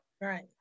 right